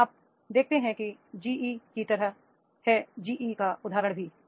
अब आप देखते हैं कि यह जीई की तरह है जीई का उदाहरण भी